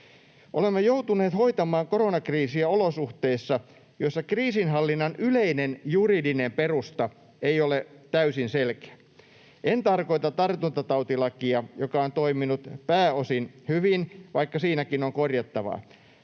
”Olemme joutuneet hoitamaan koronakriisiä olosuhteissa, joissa kriisinhallinnan yleinen juridinen perusta ei ole täysin selkeä. En tarkoita tartuntatautilakia, joka on toiminut pääosin hyvin, vaikka siinäkin on korjattavaa.